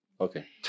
Okay